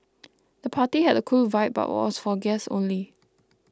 the party had a cool vibe but was for guests only